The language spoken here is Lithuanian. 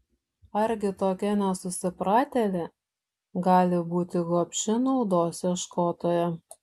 argi tokia nesusipratėlė gali būti gobši naudos ieškotoja